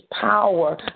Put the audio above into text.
power